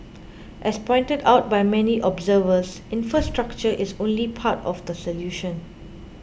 as pointed out by many observers infrastructure is only part of the solution